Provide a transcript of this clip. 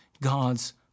God's